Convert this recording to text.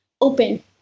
open